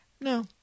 No